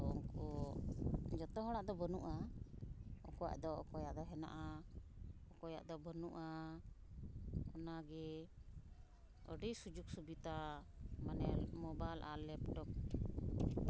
ᱟᱫᱚ ᱩᱱᱠᱩ ᱡᱚᱛᱚ ᱦᱚᱲᱟᱜ ᱫᱚ ᱵᱟᱹᱱᱩᱜᱼᱟ ᱩᱱᱠᱩᱣᱟᱜ ᱫᱚ ᱚᱠᱚᱭᱟᱜ ᱫᱚ ᱦᱮᱱᱟᱜᱼᱟ ᱚᱠᱚᱭᱟᱜ ᱫᱚ ᱵᱟᱹᱱᱩᱜᱼᱟ ᱚᱱᱟᱜᱮ ᱟᱹᱰᱤ ᱥᱩᱡᱳᱜᱽ ᱥᱩᱵᱤᱫᱷᱟ ᱢᱟᱱᱮ ᱢᱳᱵᱟᱭᱤᱞ ᱟᱨ ᱞᱮᱯᱴᱚᱯ ᱫᱚ